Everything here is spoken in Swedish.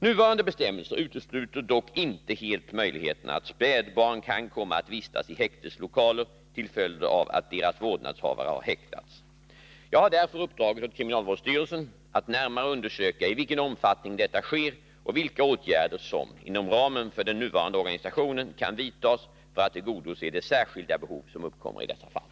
Nuvarande bestämmelser utesluter dock inte helt möjligheten att spädbarn kan komma att vistas i häkteslokaler till följd av att deras vårdnadshavare har häktats. Jag har därför uppdragit åt kriminalvårdsstyrelsen att närmare undersöka i vilken omfattning detta sker och vilka åtgärder som inom ramen för den nuvarande organisationen kan vidtas för att tillgodose de särskilda behov som uppkommer i dessa fall.